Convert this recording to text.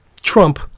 Trump